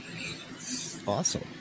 Awesome